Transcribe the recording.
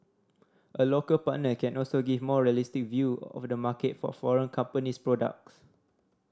a local partner can also give a more realistic view of the market for foreign company's products